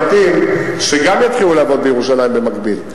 שגם יתחילו לעבוד בירושלים במקביל,